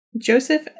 Joseph